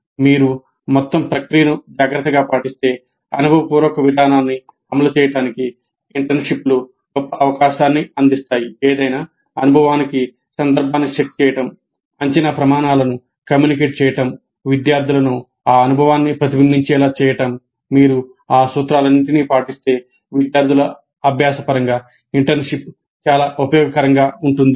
మీరు మొత్తం ప్రక్రియను జాగ్రత్తగా పాటిస్తే అనుభవపూర్వక విధానాన్ని అమలు చేయడానికి ఇంటర్న్షిప్లు గొప్ప అవకాశాన్ని అందిస్తాయి ఏదైనా అనుభవానికి సందర్భాన్ని సెట్ చేయడం అంచనా ప్రమాణాలను కమ్యూనికేట్ చేయడం విద్యార్థులను ఆ అనుభవాన్ని ప్రతిబింబించేలా చేయడం మీరు ఈ సూత్రాలన్నింటినీ పాటిస్తే విద్యార్థుల అభ్యాస పరంగా ఇంటర్న్షిప్ చాలా ఉపయోగకరంగా ఉంటుంది